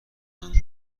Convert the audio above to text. همهاش